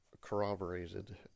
corroborated